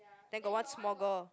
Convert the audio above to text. then got one small girl